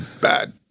bad